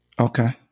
Okay